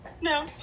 No